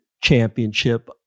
championship